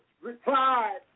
replied